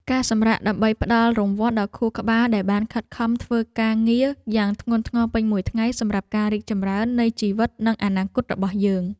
ការសម្រាកដើម្បីផ្ដល់រង្វាន់ដល់ខួរក្បាលដែលបានខិតខំធ្វើការងារយ៉ាងធ្ងន់ធ្ងរពេញមួយថ្ងៃសម្រាប់ការរីកចម្រើននៃជីវិតនិងអនាគតរបស់យើង។